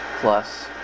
plus